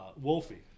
wolfie